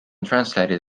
translated